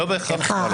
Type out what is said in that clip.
לא בהכרח.